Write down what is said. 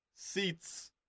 seats